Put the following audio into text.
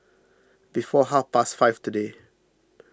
before half past five today